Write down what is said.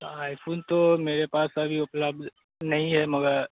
तो आईफ़ोन तो मेरे पास अभी उपलब्ध नहीं है मगर